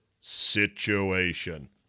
situation